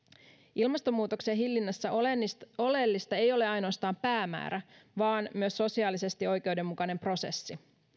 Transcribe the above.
ilmastonmuutoksen hillinnässä oleellista oleellista ei ole ainoastaan päämäärä vaan myös sosiaalisesti oikeudenmukainen prosessi